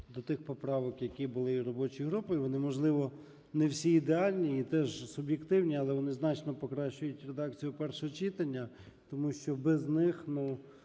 до тих поправок, які були в робочій групі. Вони, можливо, не всі ідеальні і теж суб'єктивні. Але вони значно покращують редакцію першого читання. Тому що без них, ну,